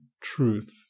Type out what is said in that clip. truth